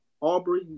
Aubrey